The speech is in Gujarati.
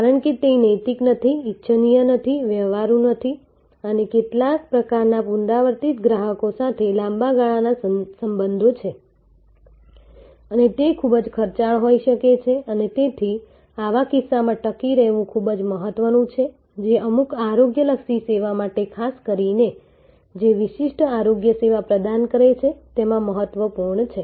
કારણ કે તે નૈતિક નથી ઇચ્છનીય નથી વ્યવહારુ નથી અને કેટલાક પ્રકારના પુનરાવર્તિત ગ્રાહકો સાથે લાંબા ગાળાના સંબંધો છે અને તે ખૂબ ખર્ચાળ હોઈ શકે છે અને તેથી આવા કિસ્સામાં ટકી રહેવું ખૂબ મહત્વ નું છે જે અમુક આરોગ્યલક્ષી સેવા માટે ખાસ કરીને જે વિશિષ્ટ આરોગ્ય સેવા પ્રદાન કરે છે તેમાં મહત્વપૂર્ણ છે